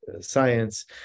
science